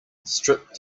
strip